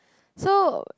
so